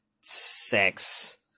sex